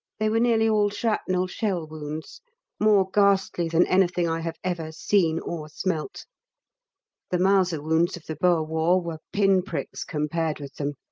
they were nearly all shrapnel shell wounds more ghastly than anything i have ever seen or smelt the mauser wounds of the boer war were pin-pricks compared with them.